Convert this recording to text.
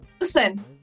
Listen